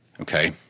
Okay